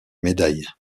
médailles